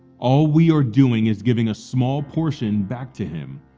all we are doing is giving a small portion back to him,